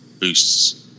boosts